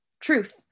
Truth